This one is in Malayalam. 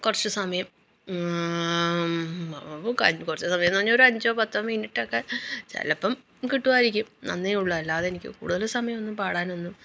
കുറച്ചു സമയം ക കുറച്ച് സമയമെന്നു പറഞ്ഞാൽ ഒരഞ്ചോ പത്തോ മിനിറ്റൊക്കെ ചിലപ്പം കിട്ടുമായിരിക്കും അന്നേയുള്ളു അല്ലാതെ എനിക്ക് കൂടുതൽ സമയമൊന്നും പാടാനൊന്നും